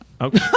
Okay